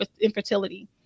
infertility